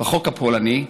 בחוק הפולני,